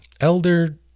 Elder